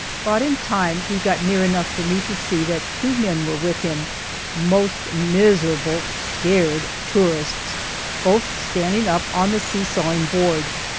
but in time he got near enough for me to see that two men were with him most miserable, scared tourists both standing up on the seesawing boards,